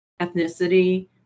ethnicity